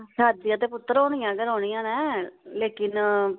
सर्दियां ते पुत्तर होंदियां गै रौह्नियां न लेकिन